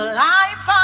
life